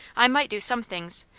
i might do some things!